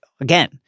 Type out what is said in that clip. again